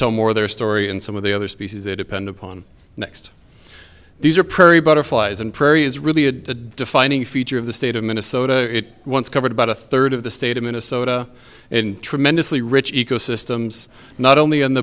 tell more their story and some of the other species that depend upon next these are prairie butterflies and prairie is really a defining feature of the state of minnesota it once covered about a third of the state of minnesota in tremendously rich ecosystems not only